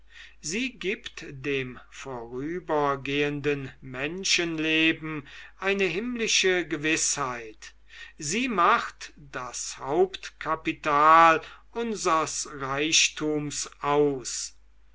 sie gibt dem vorübergehenden menschenleben eine himmlische gewißheit sie macht das hauptkapital unsers reichtums aus